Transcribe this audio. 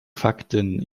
fakten